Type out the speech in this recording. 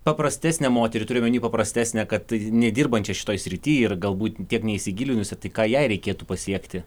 paprastesnę moterį turiu omeny paprastesnę kad nedirbančią šitoj srity ir galbūt tiek neįsigilinusią tai ką jai reikėtų pasiekti